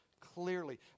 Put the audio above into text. clearly